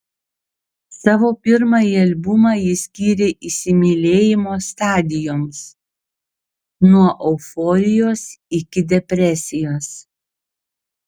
savo pirmąjį albumą ji skyrė įsimylėjimo stadijoms nuo euforijos iki depresijos